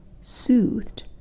soothed